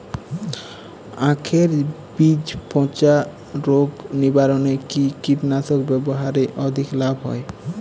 আঁখের বীজ পচা রোগ নিবারণে কি কীটনাশক ব্যবহারে অধিক লাভ হয়?